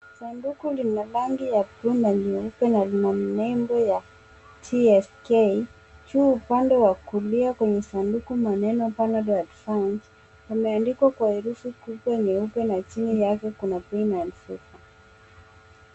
Sanduku lina rangi ya bluu na nyeupe na lina nembo ya TSK. Juu upande wa kulia kwenye sanduku maneno panadol advance yameandikwa kwa herufi kubwa nyeupe na chini yake kuna[cs ] pain and fever.[cs ]